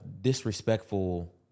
disrespectful